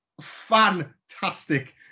Fantastic